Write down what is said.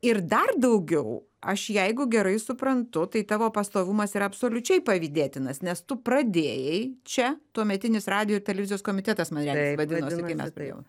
ir dar daugiau aš jeigu gerai suprantu tai tavo pastovumas yra absoliučiai pavydėtinas nes tu pradėjai čia tuometinis radijo ir televizijos komitetas man regis vadinosi kai mes pradėjom